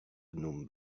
gnome